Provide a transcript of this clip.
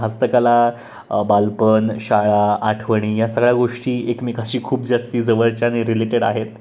हस्तकला बालपण शाळा आठवणी या सगळ्या गोष्टी एकमेकांशी खूप जास्त जवळचे आणि रिलेटेड आहेत